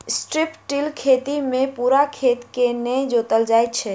strip till खेती मे पूरा खेत के नै जोतल जाइत छै